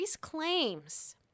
claims